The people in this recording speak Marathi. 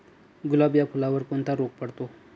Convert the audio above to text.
गुलाब या फुलावर कोणता रोग पडतो?